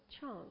chance